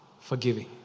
Forgiving